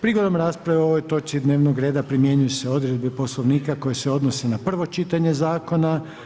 Prigodom rasprave o ovoj točci dnevnog reda primjenjuju se odredbe Poslovnika koje se odnose na prvo čitanje zakona.